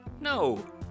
No